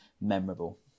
memorable